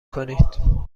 کنید